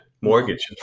mortgage